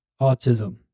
autism